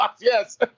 Yes